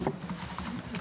הישיבה ננעלה בשעה 14:24.